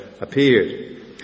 appeared